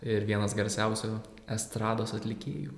ir vienas garsiausių estrados atlikėjų